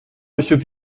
monsieur